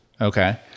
Okay